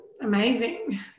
amazing